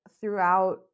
throughout